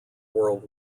world